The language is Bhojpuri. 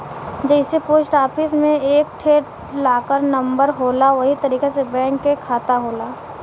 जइसे पोस्ट आफिस मे एक ठे लाकर नम्बर होला वही तरीके से बैंक के खाता होला